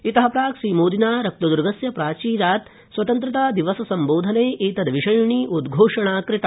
इत प्राक् श्रीमोदिना रक्तद्गस्य प्राचीरात् स्वतन्त्रतादिवस सम्बोधने एतद् विषयिणी घोषणा कृता